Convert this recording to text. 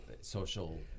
social